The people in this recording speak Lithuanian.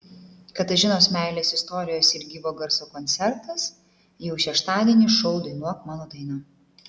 katažinos meilės istorijos ir gyvo garso koncertas jau šeštadienį šou dainuok mano dainą